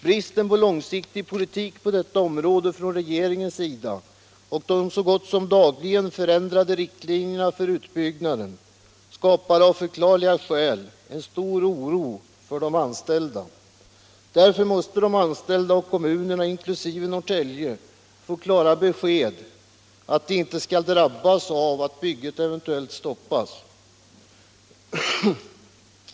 Bristen på långsiktig politik från regeringens sida på detta område och de så gott som dagligen förändrade riktlinjerna för utbyggnaden skapar av förklarliga skäl en stor oro hos de anställda. Därför måste de anställda och kommunerna, inkl. Norrtälje, få klara besked om att de inte skall drabbas av att bygget eventuellt stoppas.